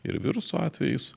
ir viruso atvejis